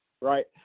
right